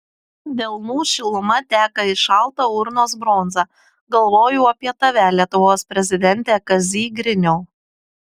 delnų šiluma teka į šaltą urnos bronzą galvoju apie tave lietuvos prezidente kazy griniau